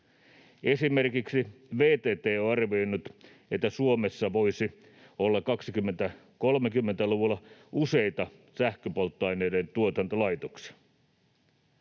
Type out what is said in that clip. Esimerkiksi VTT on arvioinut, että Suomessa voisi olla 2030-luvulla useita sähköpolttoaineiden tuotantolaitoksia.